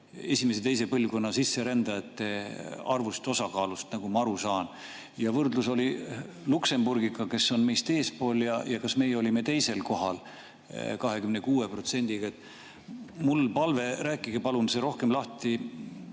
esimese ja teise põlvkonna sisserändajate arvu, osakaalu, nagu ma aru saan. Ja võrdlus oli Luksemburgiga, kes on meist eespool, ja meie olime teisel kohal 26%-ga. Mul on palve, rääkige palun rohkem lahti